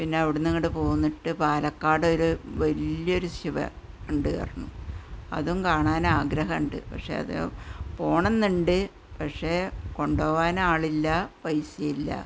പിന്നെ അവിടെ നിന്ന് അങ്ങോട്ട് പോന്നിട്ട് പാലക്കാട് ഒരു വലിയ ഒരു ശിവൻ ഉണ്ട് അറിഞ്ഞു അതും കാണാന് ആഗ്രഹമുണ്ട് പക്ഷെ അത് പോകണം എന്നുണ്ട് പക്ഷേ കൊണ്ടു പോകാൻ ആളില്ല പൈസയും ഇല്ല